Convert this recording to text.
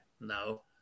No